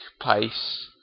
pace